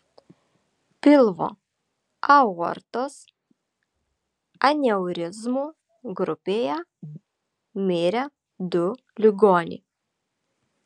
pilvo aortos aneurizmų grupėje mirė du ligoniai